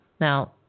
Now